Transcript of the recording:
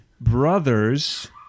brothers